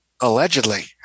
Allegedly